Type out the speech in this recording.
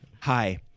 Hi